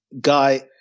Guy